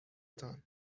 تان